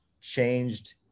changed